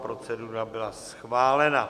Procedura byla schválena.